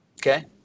Okay